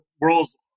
world's